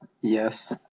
Yes